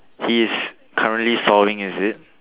he is currently sawing is it